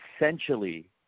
essentially